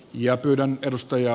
ja pyydän edustaja